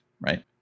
right